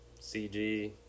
CG